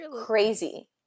crazy